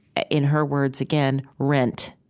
in her words again, rent,